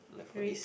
rich